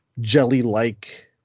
jelly-like